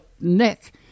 Nick